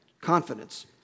confidence